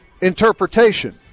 interpretation